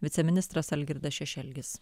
viceministras algirdas šešelgis